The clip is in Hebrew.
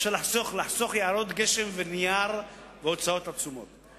אפשר לחסוך יערות גשם ונייר והוצאות עצומות.